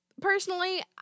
Personally